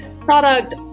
product